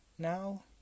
Now